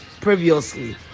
previously